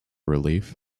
relief